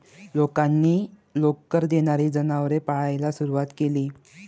लोकांनी लोकर देणारी जनावरे पाळायला सुरवात केली